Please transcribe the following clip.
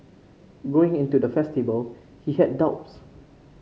going into the festival he had doubts